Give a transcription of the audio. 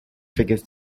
figures